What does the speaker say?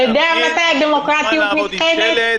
אתה יודע מתי דמוקרטיה נבחנת?